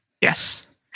Yes